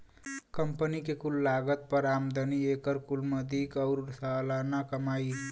company के कुल लागत पर आमदनी, एकर कुल मदिक आउर सालाना कमाई